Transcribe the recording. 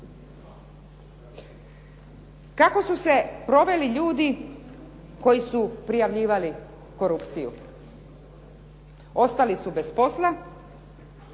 Kako su se proveli ljudi koji su prijavljivali korupciju? Ostali su bez posla